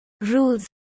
rules